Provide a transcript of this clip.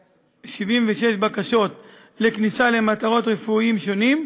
64,076 בקשות לכניסה למטרת צרכים רפואיים שונים,